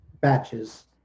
batches